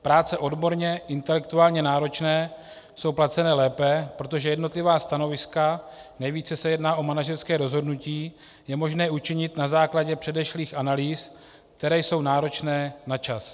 Práce odborně, intelektuálně náročné jsou placeny lépe, protože jednotlivá stanoviska, nejvíce se jedná o manažerská rozhodnutí, je možné učinit na základě předešlých analýz, které jsou náročné na čas.